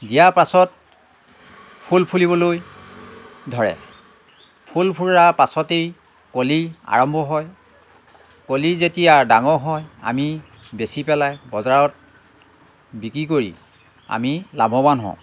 দিয়াৰ পাছত ফুল ফুলিবলৈ ধৰে ফুল ফুলাৰ পাছতেই কলি আৰম্ভ হয় কলি যেতিয়া ডাঙৰ হয় আমি বেচি পেলাই বজাৰত বিকি কৰি আমি লাভৱান হওঁ